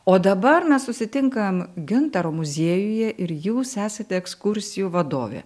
o dabar mes susitinkam gintaro muziejuje ir jūs esate ekskursijų vadovė